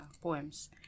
poems